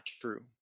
true